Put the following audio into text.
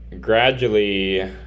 gradually